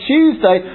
Tuesday